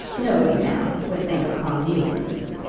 nobody, ma'am, would think of calling you a goose.